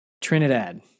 Trinidad